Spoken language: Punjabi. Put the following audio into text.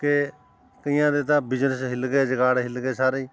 ਕਿ ਕਈਆਂ ਦੇ ਤਾਂ ਬਿਜ਼ਨੈਂਸ ਹਿੱਲ ਗਏ ਜੁਗਾੜ ਹਿੱਲ ਗਏ ਸਾਰੇ